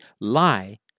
lie